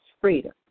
freedom